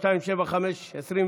חושפי שחיתויות במשטרת ישראל),